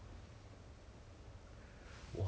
!hannor! ya cannot take out then